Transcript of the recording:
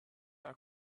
are